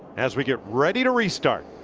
as we get ready to restart.